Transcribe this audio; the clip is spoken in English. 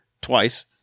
twice